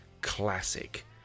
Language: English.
classic